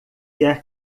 quer